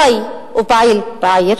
חי ופעיל בעיר,